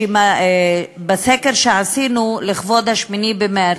בסקר שעשינו לכבוד 8 במרס,